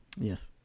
yes